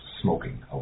smoking